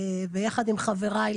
ביחד עם חבריי,